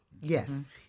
Yes